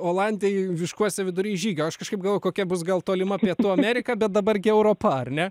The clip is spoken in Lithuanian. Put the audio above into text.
olandijoj miškuose vidury žygio aš kažkaip galvojau kokia bus gal tolima pietų ameriką bet dabar gi europa ar ne